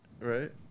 Right